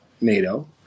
NATO